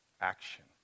action